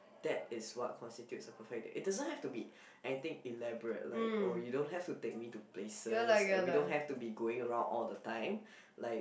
that is what constitutes a perfect date it doesn't have to be anything elaborate like oh you don't have to take me to places and we don't have to be going around all the time like